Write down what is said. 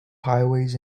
highways